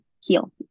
heal